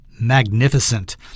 magnificent